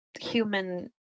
human